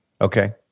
Okay